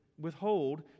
withhold